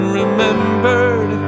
remembered